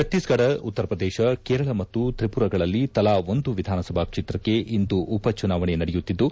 ಛತ್ತೀಸ್ಗಢ ಉತ್ತರಪ್ರದೇಶ ಕೇರಳ ಮತ್ತು ತ್ರಿಪುರಗಳಲ್ಲಿ ತಲಾ ಒಂದು ವಿಧಾನಸಭಾ ಕ್ಷೇತ್ರಕ್ಕೆ ಇಂದು ಉಪಚುನಾವಣೆ ನಡೆಯುತ್ತಿದ್ದು